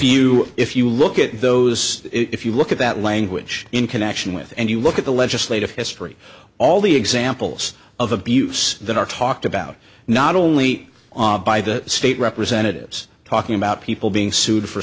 you if you look at those if you look at that language in connection with and you look at the legislative history all the examples of abuse that are to about not only the state representatives talking about people being sued for